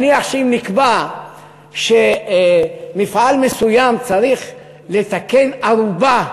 נניח שאם נקבע שמפעל מסוים צריך להתקין ארובה